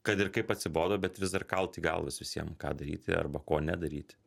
kad ir kaip atsibodo bet vis dar kalt į galvas visiem ką daryti arba ko nedaryti